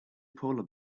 polar